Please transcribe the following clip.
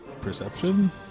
Perception